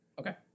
Okay